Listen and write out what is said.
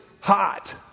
hot